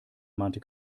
mahnte